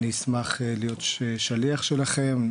אני אשמח להיות שליח שלכם,